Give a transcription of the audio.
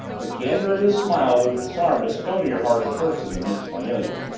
the candor of his smile would have disarmed a stonier-hearted person than miss cornelia.